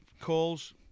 calls